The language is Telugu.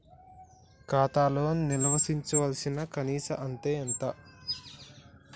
ఖాతా లో నిల్వుంచవలసిన కనీస అత్తే ఎంత?